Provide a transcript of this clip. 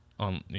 On